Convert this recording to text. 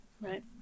Right